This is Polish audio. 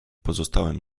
pozostałem